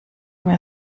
mir